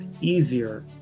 easier